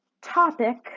topic